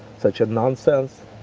such nonsense,